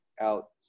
out